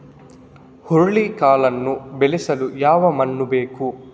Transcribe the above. ಹುರುಳಿಕಾಳನ್ನು ಬೆಳೆಸಲು ಯಾವ ಮಣ್ಣು ಬೇಕು?